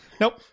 Nope